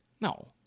no